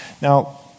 Now